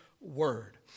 word